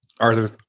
Arthur